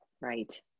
Right